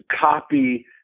copy